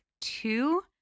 two